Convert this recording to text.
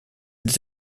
des